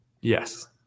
Yes